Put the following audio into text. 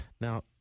now